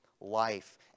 life